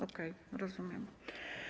Okej, rozumiem.